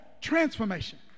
transformation